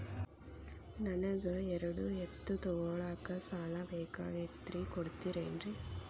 ನನಗ ಎರಡು ಎತ್ತು ತಗೋಳಾಕ್ ಸಾಲಾ ಬೇಕಾಗೈತ್ರಿ ಕೊಡ್ತಿರೇನ್ರಿ?